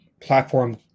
platform